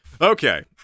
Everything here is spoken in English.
Okay